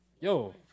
Yo